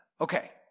okay